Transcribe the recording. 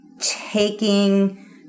taking